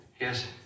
Yes